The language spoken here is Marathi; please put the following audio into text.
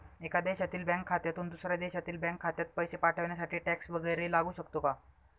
एका देशातील बँक खात्यातून दुसऱ्या देशातील बँक खात्यात पैसे पाठवण्यासाठी टॅक्स वैगरे लागू शकतो का?